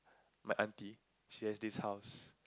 my auntie she has this house